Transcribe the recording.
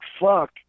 fuck